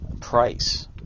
price